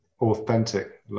Authentic